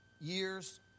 years